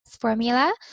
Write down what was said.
Formula